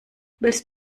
willst